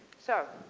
so,